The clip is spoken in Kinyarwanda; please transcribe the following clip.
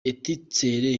etincelles